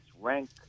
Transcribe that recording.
rank